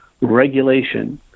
regulation